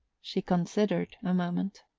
she considered a moment.